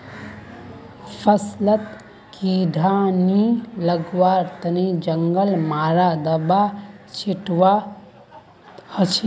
फसलत कीड़ा नी लगवार तने जंगल मारा दाबा छिटवा हछेक